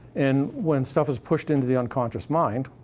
and when stuff is pushed into the unconscious mind,